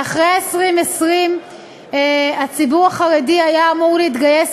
ואחרי 2020 הציבור החרדי היה אמור להתגייס